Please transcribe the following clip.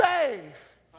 faith